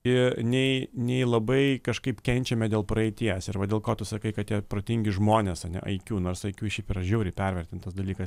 i nei nei labai kažkaip kenčiame dėl praeities ir va dėl ko tu sakai kad tie protingi žmonės ane iq nors iq šiaip yra žiauriai pervertintas dalykas